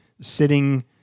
sitting